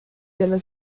dello